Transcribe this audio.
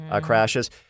crashes